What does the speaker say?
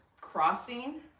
Crossing